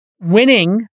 winning